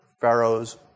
Pharaoh's